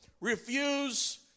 refuse